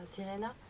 Sirena